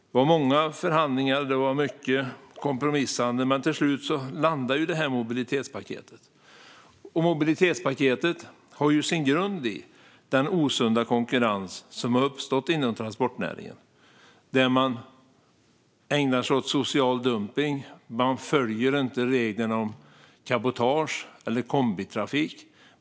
Det var många förhandlingar och mycket kompromissande, men till slut landade det här mobilitetspaketet. Mobilitetspaketet har sin grund i den osunda konkurrens som har uppstått inom transportnäringen, där man ägnar sig åt social dumpning. Man följer inte reglerna om cabotage eller kombitrafik.